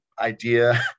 idea